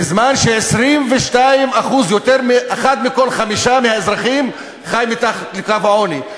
בזמן ש-22% יותר מאחד מכל חמישה אזרחים חי מתחת לקו העוני,